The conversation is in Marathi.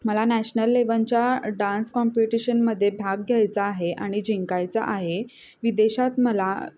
मला नॅशनल लेव्हनच्या डान्स कॉम्पिटिशनमध्ये भाग घ्यायचा आहे आणि जिंकायचं आहे विदेशात मला